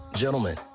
Gentlemen